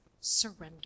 surrender